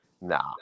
nah